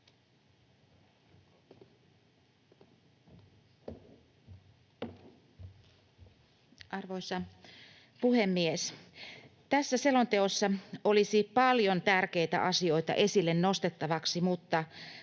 Arvoisa puhemies! Tässä selonteossa olisi paljon tärkeitä asioita esille nostettavaksi, mutta